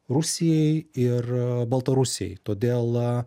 rusijai ir baltarusijai todėl